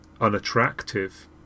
unattractive